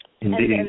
Indeed